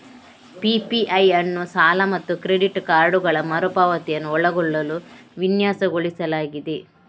PPI ಅನ್ನು ಸಾಲ ಮತ್ತು ಕ್ರೆಡಿಟ್ ಕಾರ್ಡುಗಳ ಮರು ಪಾವತಿಯನ್ನು ಒಳಗೊಳ್ಳಲು ವಿನ್ಯಾಸಗೊಳಿಸಲಾಗಿದೆ